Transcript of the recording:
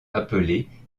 appelés